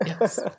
Yes